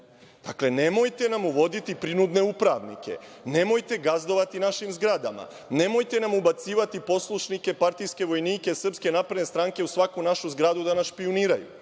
nemojte nam uvoditi prinudne upravnike. Nemojte gazdovati našim zgradama. Nemojte nam ubacivati poslušnike partijske vojnike SNS u svaku našu zgradu da nas špijuniraju.